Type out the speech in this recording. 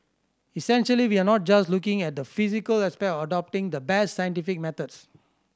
essentially we are not just looking at the physical aspect of adopting the best scientific methods